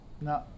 No